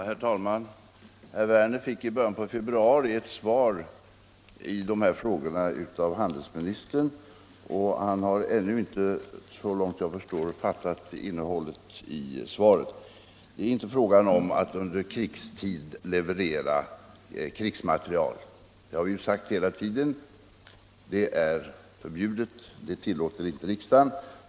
Herr talman! Herr Werner i Tyresö fick i början av februari ett svar på dessa frågor av handelsministern. Herr Werner har ännu inte, så långt . jag förstår, fattat innehållet i svaret. Vi har hela tiden sagt att det inte är fråga om att under krigstid leverera krigsmateriel. Det tillåter inte riksdagen.